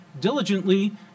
diligently